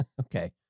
Okay